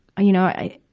you know, i,